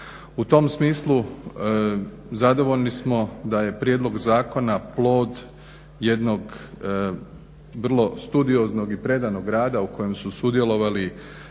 U tom smislu zadovoljni smo da je prijedlog zakona plod jednog vrlo studioznog i predanog rada u kojem su sudjelovali